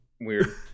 weird